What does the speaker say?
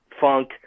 funk